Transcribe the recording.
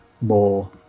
more